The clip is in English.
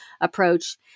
approach